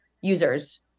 users